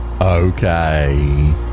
Okay